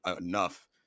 enough